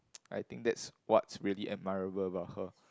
I think that's what really admirable about her